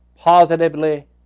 positively